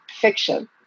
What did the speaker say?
fiction